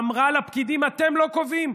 אמרה לפקידים: אתם לא קובעים,